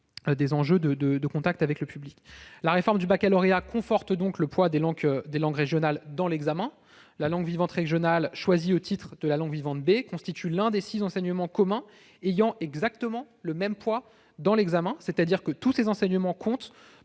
et le contact avec le public sont primordiaux. La réforme du baccalauréat conforte le poids des langues régionales dans l'examen. La langue vivante régionale choisie au titre de la langue vivante B constitue l'un des six enseignements communs ayant exactement le même poids dans l'examen, c'est-à-dire que tous ces enseignements comptent